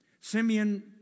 Simeon